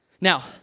Now